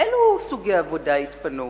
אילו סוגי עבודה יתפנו?